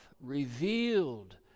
revealed